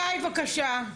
גיא, בבקשה.